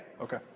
Okay